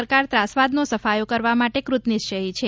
સરકાર ત્રાસવાદનો સફાયો કરવા માટે કૃતનિશ્ચયી છે